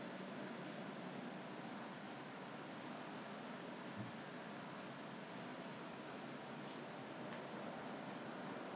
I think 有 lah 应该是有写可是 but then 我都 I don't pay attention 的啦这个东西 but I think it's not cheap lah probably twenty or thirty plus maybe